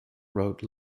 wrote